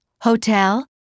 hotel